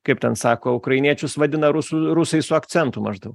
kaip ten sako ukrainiečius vadina rusų rusai su akcentu maždau